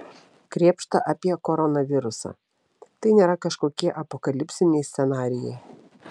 krėpšta apie koronavirusą tai nėra kažkokie apokalipsiniai scenarijai